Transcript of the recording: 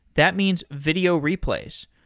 that means video replays.